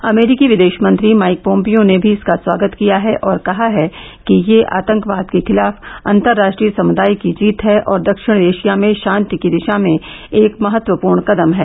अमरीकी विदेशमंत्री Mike Pompeo ने भी इसका स्वागत किया है और कहा है कि यह आतंकवाद के खिलाफ अंतरराष्ट्रीय समुदाय की जीत है और दक्षिण एशिया में शांति की दिशा में एक महत्वपूर्ण कदम है